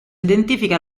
identifica